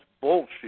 bullshit